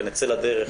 ונצא לדרך